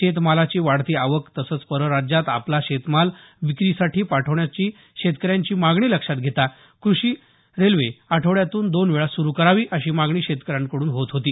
शेतमालाची वाढती आवक तसंच परराज्यात आपला शेतमाल विक्रीसाठी पाठवण्याची शेतकऱ्यांची मागणी लक्षात घेता कृषी रेल्वे आठवड्यातून दोनवेळा सुरु करावी अशी मागणी शेतकऱ्यांकडून होत होती